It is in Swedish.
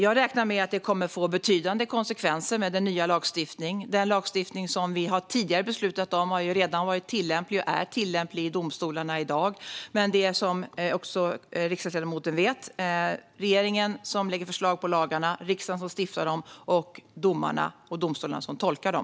Jag räknar med att det kommer att bli betydande konsekvenser med den nya lagstiftningen. Den lagstiftning som vi tidigare har beslutat om har redan varit tillämplig och är tillämplig i domstolarna i dag. Som riksdagsledamoten vet är det regeringen som lägger fram förslag till lagar, riksdagen som stiftar lagar och domarna och domstolarna som tolkar dem.